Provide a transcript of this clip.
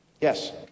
yes